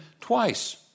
twice